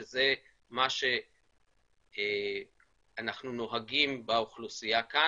שזה מה שאנחנו נוהגים באוכלוסייה כאן